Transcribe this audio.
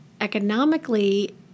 economically